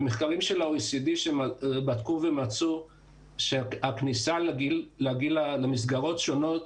במחקרים של ה-OECD בדקו ומצאו שגיל הכניסה למסגרות שונות